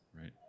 right